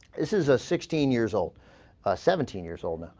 this is a sixteen years old ah. seventeen years old ah.